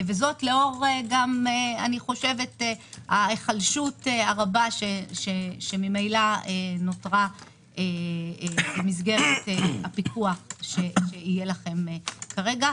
וזאת לאור גם ההיחלשות הרבה שממילא נותרה במסגרת הפיקוח שיהיה לכם כרגע,